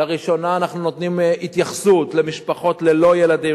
לראשונה אנחנו נותנים התייחסות למשפחות ללא ילדים,